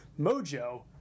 mojo